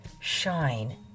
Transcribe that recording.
shine